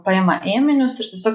paima ėminius ir tiesiog